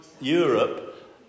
Europe